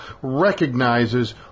recognizes